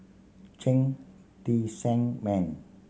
Cheng Tsang Man